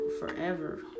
forever